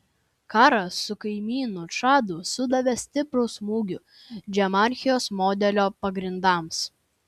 karas su kaimyniniu čadu sudavė stiprų smūgį džamahirijos modelio pagrindams